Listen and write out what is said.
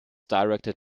directed